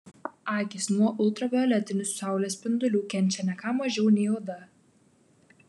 akys nuo ultravioletinių saulės spindulių kenčia ne ką mažiau nei oda